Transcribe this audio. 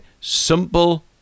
simple